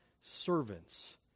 servants